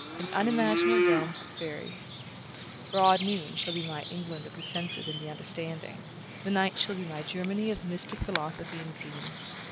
and unimaginable realms of faerie broad noon shall be my england of the senses and the understanding the night shall be my germany of mystic philosophy and dreams.